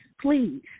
please